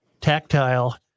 Tactile